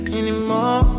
anymore